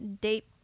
date